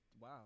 wow